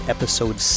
Episode